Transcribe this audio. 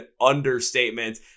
understatement